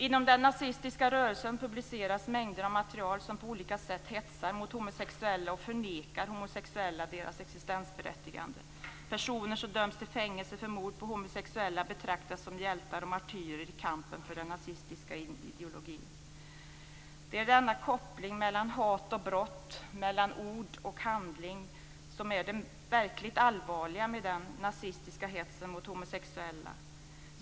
Inom den nazistiska rörelsen publiceras mängder av material som på olika sätt hetsar mot homosexuella och förnekar homosexuella deras existensberättigande. Personer som dömts till fängelse för mord på homosexuella betraktas som hjältar och martyrer i kampen för den nazistiska ideologin. Det är denna koppling mellan hat och brott, mellan ord och handling som är det verkligt allvarliga med den nazistiska hetsen mot homosexuella.